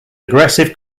aggressive